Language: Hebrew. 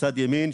בצד ימין,